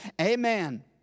Amen